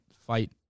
fight